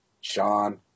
Sean